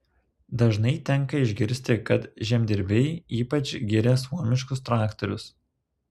dažnai tenka išgirsti kad žemdirbiai ypač giria suomiškus traktorius